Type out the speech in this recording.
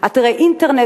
אתרי אינטרנט,